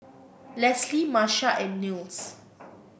Leslee Marcia and Nils